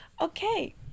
Okay